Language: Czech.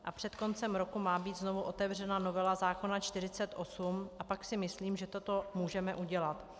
A před koncem roku má být znovu otevřena novela zákona 48 a pak si myslím, že toto můžeme udělat.